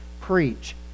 preach